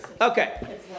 Okay